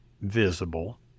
visible